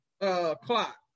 Clock